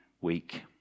week